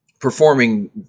performing